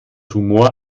tumor